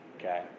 Okay